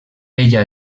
ella